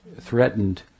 threatened